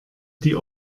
die